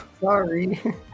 sorry